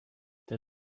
der